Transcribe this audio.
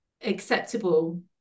acceptable